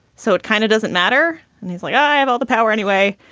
so it kind of doesn't matter. and he's like, i have all the power anyway.